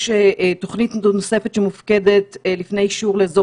יש תוכנית נוספת שמופקדת לפני אישור לאזור